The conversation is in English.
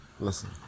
Listen